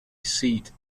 seat